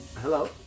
Hello